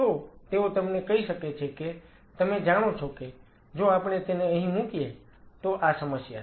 તો તેઓ તમને કહી શકે છે કે તમે જાણો છો કે જો આપણે તેને અહીં મુકીએ તો આ સમસ્યા છે